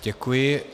Děkuji.